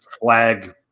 flag